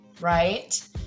right